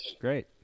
Great